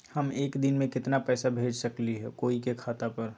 हम एक दिन में केतना पैसा भेज सकली ह कोई के खाता पर?